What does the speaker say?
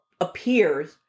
appears